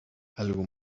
algo